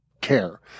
care